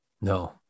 no